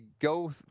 go